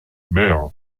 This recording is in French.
mer